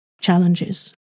challenges